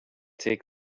take